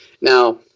Now